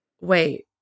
wait